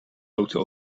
auto